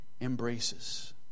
embraces